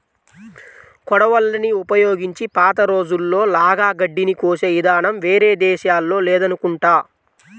కొడవళ్ళని ఉపయోగించి పాత రోజుల్లో లాగా గడ్డిని కోసే ఇదానం వేరే దేశాల్లో లేదనుకుంటా